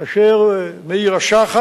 כאשר מאיר השחר,